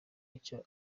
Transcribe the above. icyo